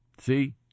See